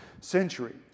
century